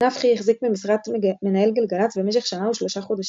נפחי החזיק במשרת מנהל גלגלצ במשך שנה ושלושה חודשים,